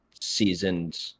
seasoned